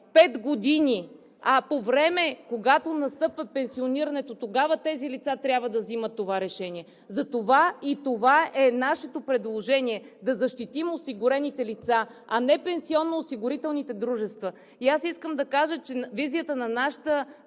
пет години, а по време, когато настъпва пенсионирането, тогава тези лица трябва да вземат това решение. И това е нашето предложение – да защитим осигурените лица, а не пенсионноосигурителните дружества. Искам да кажа, че визията на нашата